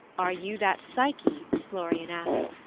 are you that psyche florian asked,